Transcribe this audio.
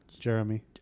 Jeremy